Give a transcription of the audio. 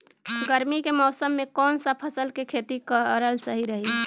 गर्मी के मौषम मे कौन सा फसल के खेती करल सही रही?